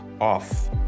off